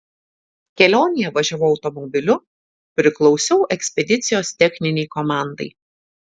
kelionėje važiavau automobiliu priklausiau ekspedicijos techninei komandai